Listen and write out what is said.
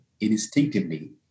instinctively